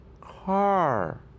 car